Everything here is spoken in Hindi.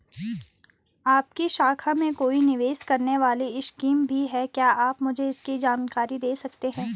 आपकी शाखा में कोई निवेश करने वाली स्कीम भी है क्या आप मुझे इसकी जानकारी दें सकते हैं?